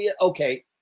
Okay